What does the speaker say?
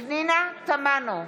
פנינה תמנו,